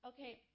Okay